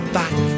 back